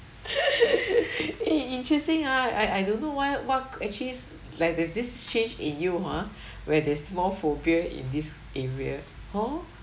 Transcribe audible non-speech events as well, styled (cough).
(laughs) eh interesting ah I I don't know why what actually s~ like there's this change in you ha where there's more phobia in this area hor